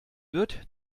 wird